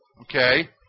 okay